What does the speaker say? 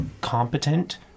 competent